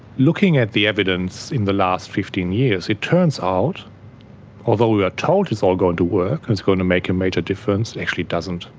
looking at the evidence in the last fifteen years, it turns out that although we were told it's all going to work and it's going to make a major difference, it actually doesn't.